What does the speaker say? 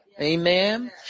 Amen